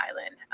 island